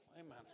Amen